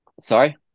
sorry